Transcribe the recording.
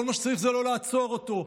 כל מה שצריך זה לא לעצור אותו.